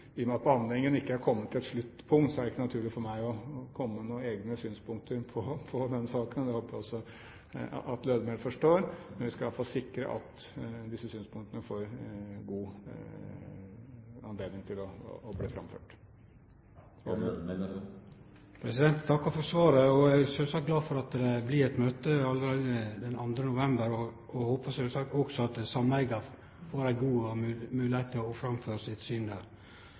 komme med egne synspunkter i denne saken, og det håper jeg også at Lødemel forstår. Vi skal i alle fall sikre at man får god anledning til å framføre disse synspunktene. Eg takkar for svaret. Eg er glad for at det blir eit møte allereie den 2. november, og eg håpar sjølvsagt også at sameiget får god moglegheit til å framføre sitt